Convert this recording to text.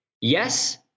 Yes